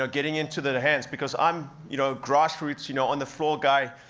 ah getting into the the hands, because i'm you know grassroots you know on the floor guy,